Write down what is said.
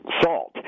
salt